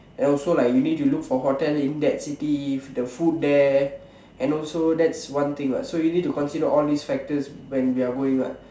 then also like you need to look for hotel in that cities the food there and also that's one thing what so you need to consider all these factors when we're going what